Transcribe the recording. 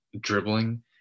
dribbling